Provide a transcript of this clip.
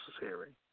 necessary